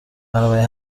بنابراین